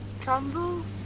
candles